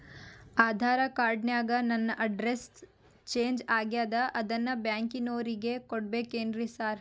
Aadhaar card ನ್ಯಾಗ ನನ್ address change ಆಗ್ಯಾದ ಅದನ್ನ ಬ್ಯಾಂಕಿನೊರಿಗೆ ಕೊಡ್ಬೇಕೇನ್ರಿ ಸಾರ್?